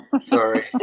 Sorry